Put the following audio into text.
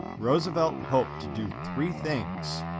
roosevelt hoped to do three things.